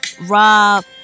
Rob